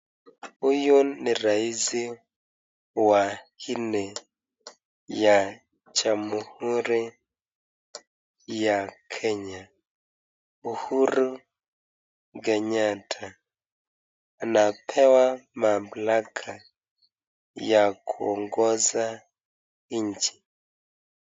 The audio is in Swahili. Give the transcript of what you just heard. Huyu ni rais wa nne ya jamuhuri ya kenya Uhuru Kenyatta. Anapewa mamlaka ya kuongoza nchi.